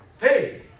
Hey